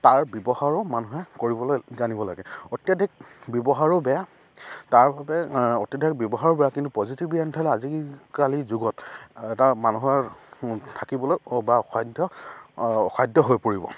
তাৰ ব্যৱহাৰো মানুহে কৰিবলৈ জানিব লাগে অত্যাধিক ব্যৱহাৰো বেয়া তাৰ বাবে অত্যাধিক ব্যৱহাৰো বেয়া কিন্তু প্ৰযুক্তিবিদ্যা নথকা হ'লে আজিকালিৰ যুগত এটা মানুহৰ থাকিবলৈ বা অসাধ্য অসাধ্য হৈ পৰিব